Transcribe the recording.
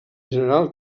general